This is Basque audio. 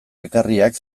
ekarriak